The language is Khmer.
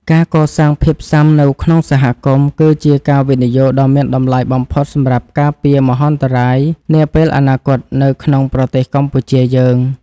ការកសាងភាពស៊ាំនៅក្នុងសហគមន៍ គឺជាការវិនិយោគដ៏មានតម្លៃបំផុតសម្រាប់ការពារមហន្តរាយនាពេលអនាគតនៅក្នុងប្រទេសកម្ពុជាយើង។